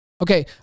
Okay